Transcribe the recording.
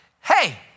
hey